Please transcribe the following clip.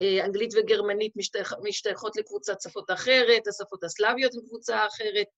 ‫אנגלית וגרמנית משתייכות ‫לקבוצת שפות אחרת, ‫השפות הסלביות לקבוצה אחרת.